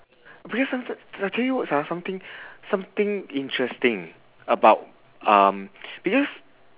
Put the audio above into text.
because someti~ I tell you ah something something interesting about um because